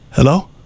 Hello